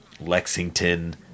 Lexington